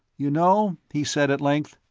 you know, he said, at length,